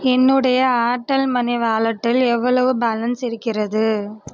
என்னுடைய Airtel money வாலெட்டில் எவ்வளவு பேலன்ஸ் இருக்கிறது